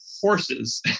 horses